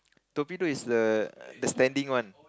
torpedo is the the standing one